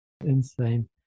insane